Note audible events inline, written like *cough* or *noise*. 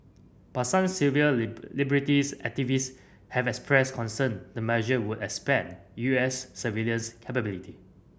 but some civil *unintelligible* liberties activist have expressed concern the measure would expand U S surveillance capability